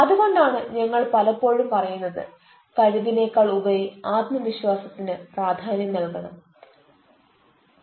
അതുകൊണ്ടാണ് ഞങ്ങൾ പലപ്പോഴും പറയുന്നത് കഴിവിനെക്കാൾ ഉപരി ആത്മവിശ്വാസത്തിന് പ്രധാന്യം നൽകണം എന്ന്